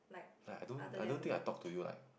like I don't I don't think I talk to you like